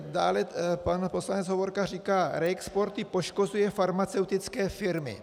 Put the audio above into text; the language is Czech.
Dále pan poslanec Hovorka říká reexporty poškozují farmaceutické firmy.